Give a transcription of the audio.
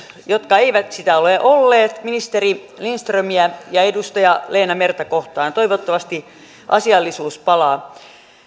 jotka eivät sitä ole olleet ministeri lindströmiä ja edustaja leena merta kohtaan toivottavasti asiallisuus palaa